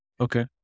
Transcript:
Okay